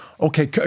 okay